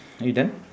are you done